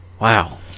Wow